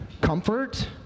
Comfort